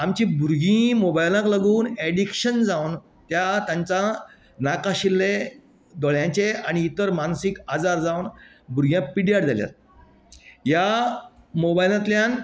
आमची भुरगी मोबायलांक लागून एडिक्शन जावन त्या तांचा नाकाशिल्ले दोळ्यांचे आनी इतर मानसिक आजार जावन भुरग्या पिड्ड्यार जाल्यात ह्या मोबायलांतल्यान